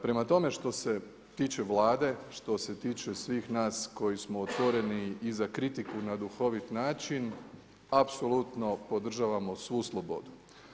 Prema tome, što se tiče Vlade, što se tiče svih nas koji smo otvoreni i za kritiku na duhovit način apsolutno podržavamo svu slobodu.